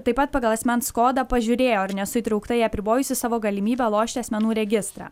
taip pat pagal asmens kodą pažiūrėjo ar nesu įtraukta į apribojusių savo galimybę lošti asmenų registrą